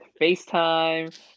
FaceTime